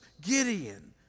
Gideon